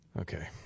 Okay